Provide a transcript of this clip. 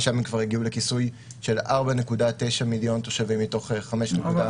ושם הם כבר הגיעו לכיסוי של 4.9 מיליון תושבים מתוך 5.2 מיליון.